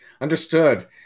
understood